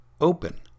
Open